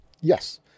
Yes